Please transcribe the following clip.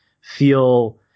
feel